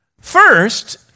First